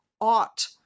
ought